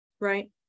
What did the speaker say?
right